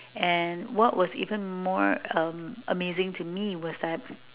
and what was even more a~ amazing to me was that